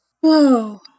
Whoa